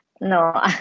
No